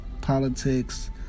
politics